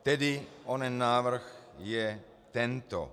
Tedy onen návrh je tento: